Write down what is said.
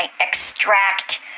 extract